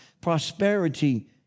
prosperity